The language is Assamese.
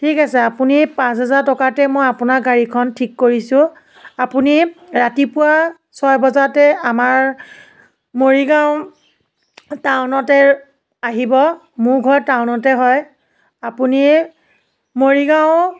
ঠিক আছে আপুনি পাঁচ হেজাৰ টকাতে মই আপোনাৰ গাড়ীখন ঠিক কৰিছোঁ আপুনি ৰাতিপুৱা ছয়বজাতে আমাৰ মৰিগাঁও টাউনতে আহিব মোৰ ঘৰ টাউনতে হয় আপুনি মৰিগাঁও